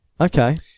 Okay